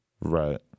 Right